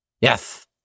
Yes